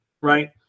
right